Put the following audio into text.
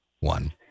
one